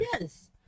Yes